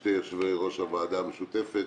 שני יושבי-ראש הוועדה המשותפת,